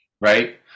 Right